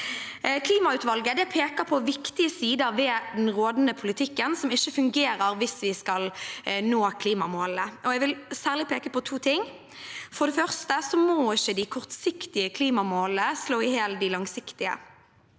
Klimautvalget peker på viktige sider ved den rådende politikken som ikke fungerer hvis vi skal nå klimamålene. Jeg vil særlig peke på to ting. For det første må ikke de kortsiktige klimamålene slå i hjel de langsiktige.